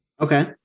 Okay